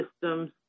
systems